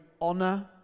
honor